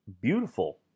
Beautiful